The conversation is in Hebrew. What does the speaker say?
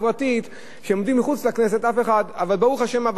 הוועדה הזאת היא ועדה שגם כן ראתה את החלק החברתי